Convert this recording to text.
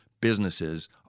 businesses